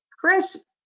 Chris